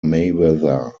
mayweather